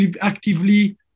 actively